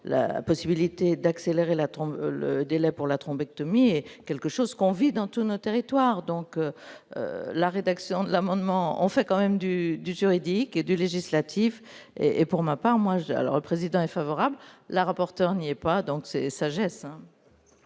la possibilité d'accélérer la trompe le délai pour la trompette, mais quelque chose qu'on vit dans tous nos territoires, donc la rédaction de l'amendement en fait quand même du du juridique et des législatives et et pour ma part, moi je, alors le président est favorable, la rapporteure n'y est pas, donc c'est sagesse.